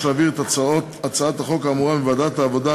להעביר את הצעת החוק האמורה מוועדת העבודה,